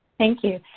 thank you.